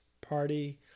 party